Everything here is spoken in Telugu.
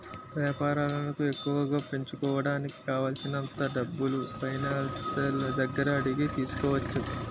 వేపారాలను ఎక్కువగా పెంచుకోడానికి కావాలిసినంత డబ్బుల్ని ఫైనాన్సర్ల దగ్గర అడిగి తీసుకోవచ్చు